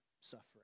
suffering